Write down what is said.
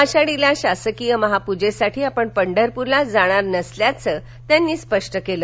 आषाढीला शासकीय महापूजेसाठी आपण पंढरपूरला जाणार नसल्याचंही त्यांनी स्पष्ट केलं